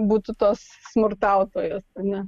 būtų tos smurtautojos ar ne